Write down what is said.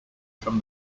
from